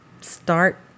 start